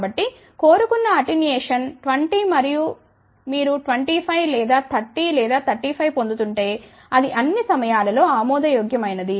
కాబట్టి కోరుకున్న అటెన్యుయేషన్ 20 మరియు మీరు 25 లేదా 30 లేదా 35 పొందుతుంటే అది అన్ని సమయాలలో ఆమోదయోగ్యమైనది